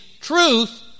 truth